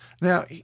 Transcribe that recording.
Now